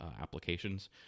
applications